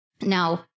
now